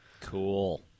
cool